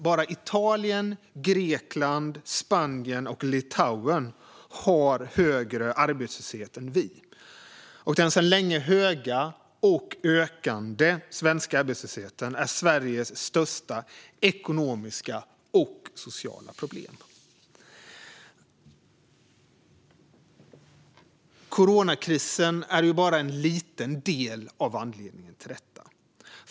Bara Italien, Grekland, Spanien och Litauen har högre arbetslöshet än vi. Den sedan länge höga, och ökande, svenska arbetslösheten är Sveriges största ekonomiska och sociala problem. Coronakrisen är bara en liten del av förklaringen till detta.